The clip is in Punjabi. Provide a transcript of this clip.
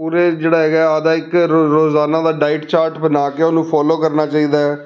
ਪੂਰੇ ਜਿਹੜਾ ਹੈਗਾ ਆਪਦਾ ਇੱਕ ਰੋਜ਼ਾਨਾ ਦਾ ਡਾਇਟ ਚਾਰਟ ਬਣਾ ਕੇ ਉਹਨੂੰ ਫੋਲੋ ਕਰਨਾ ਚਾਹੀਦਾ